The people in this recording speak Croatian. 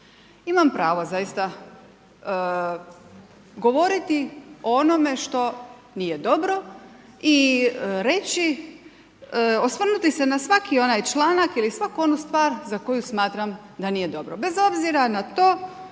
imam pravo zaista govoriti o onome što nije dobro i reći osvrnuti se na svaki onaj članak ili svaku onu stvar za koju smatram da nije dobro, bez obzira na to